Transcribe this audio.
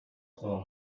stall